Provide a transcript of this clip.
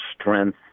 strength